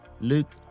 Luke